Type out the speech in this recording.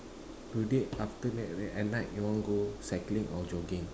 today after at night you want go cycling or jogging